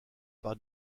par